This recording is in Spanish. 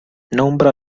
nombra